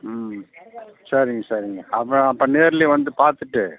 ம் சரிங்க சரிங்க அப்போ அப்போ நேர்லேயே வந்து பார்த்துட்டு